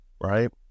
Right